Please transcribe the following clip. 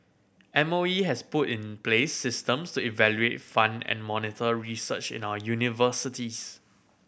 M O E has put in place systems to evaluate fund and monitor research in our universities